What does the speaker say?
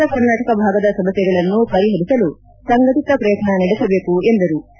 ಉತ್ತರ ಕರ್ನಾಟಕ ಭಾಗದ ಸಮಸ್ಥೆಗಳನ್ನು ಪರಿಹರಿಸಲು ಸಂಘಟಿತ ಪ್ರಯತ್ನ ನಡೆಸಬೇಕು ಎಂದರು